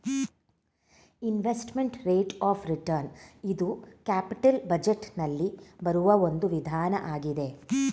investment rate of return ಇದು capital budget ನಲ್ಲಿ ಬರುವ ಒಂದು ವಿಧಾನ ಆಗಿದೆ